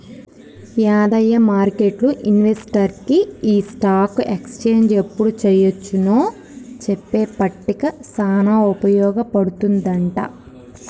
యాదయ్య మార్కెట్లు ఇన్వెస్టర్కి ఈ స్టాక్ ఎక్స్చేంజ్ ఎప్పుడు చెయ్యొచ్చు నో చెప్పే పట్టిక సానా ఉపయోగ పడుతుందంట